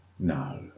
No